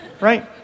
Right